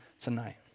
tonight